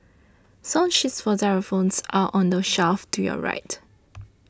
song sheets for xylophones are on the shelf to your right